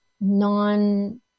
non